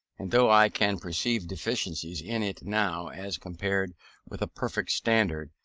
and though i can perceive deficiencies in it now as compared with a perfect standard,